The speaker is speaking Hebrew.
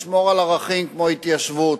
לשמור על ערכים כמו התיישבות,